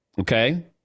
Okay